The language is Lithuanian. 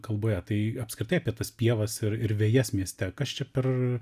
kalboje tai apskritai apie tas pievas ir ir vejas mieste kas čia per